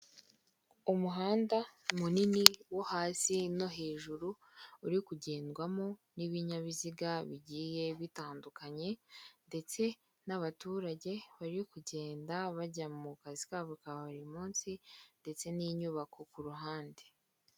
Umuhanda munini wo hasi no hejuru, uri kugendwamo n'ibinyabiziga bigiye bitandukanye, ndetse n'abaturage bari kugenda bajya mu kazi kabo ka buri munsi, ndetse n'inyubako ku ruhande.